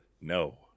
No